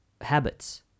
habits